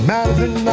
Madison